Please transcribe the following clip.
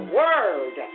word